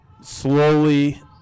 slowly